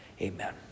Amen